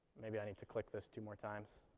maybe i need to click this two more times.